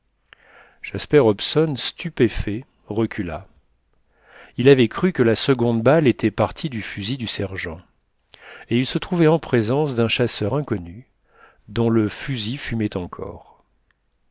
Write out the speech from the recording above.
jasper hobson stupéfait recula il avait cru que la seconde balle était partie du fusil du sergent et il se trouvait en présence d'un chasseur inconnu dont le fusil fumait encore